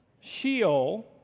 Sheol